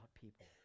people